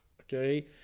Okay